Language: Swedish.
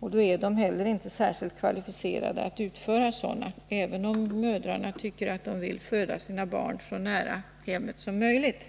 Då är de inte heller särskilt kvalificerade att medverka vid sådana, även om mödrarna vill föda sina barn så nära hemmet som möjligt.